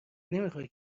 نمیخای